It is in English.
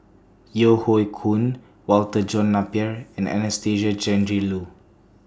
Yeo Hoe Koon Walter John Napier and Anastasia Tjendri Liew